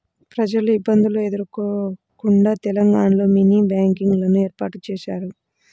ప్రజలు ఇబ్బందులు ఎదుర్కోకుండా తెలంగాణలో మినీ బ్యాంకింగ్ లను ఏర్పాటు చేశారు